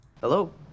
Hello